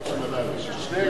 שניהם לשעבר.